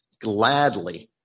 gladly